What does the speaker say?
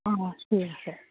অঁ ঠিক আছে